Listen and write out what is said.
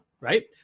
right